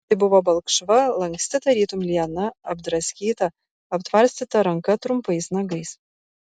tai buvo balkšva lanksti tarytum liana apdraskyta aptvarstyta ranka trumpais nagais